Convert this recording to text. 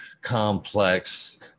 complex